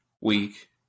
week